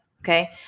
Okay